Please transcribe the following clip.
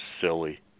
silly